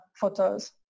photos